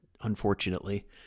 unfortunately